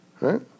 Right